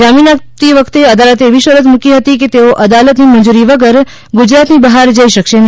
જામીન આપતી વખતે અદાલતે એવી શરત મૂકી હતી કે તેઓ અદાલતની મંજૂરી વગર ગુજરાતની બહાર જઈ શકશે નહીં